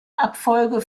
abfolge